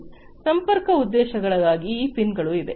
ಸಂಪರ್ಕ ಉದ್ದೇಶಗಳಿಗಾಗಿ ಈ ಪಿನ್ಗಳು ಇವೆ